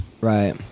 Right